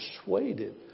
persuaded